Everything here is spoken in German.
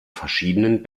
verschiedenen